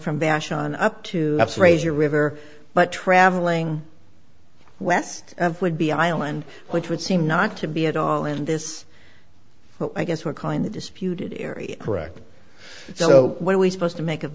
from bash on up to raise your river but traveling west of would be island which would seem not to be at all in this well i guess we're kind of disputed area correct so what are we supposed to make